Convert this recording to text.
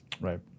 Right